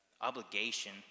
obligation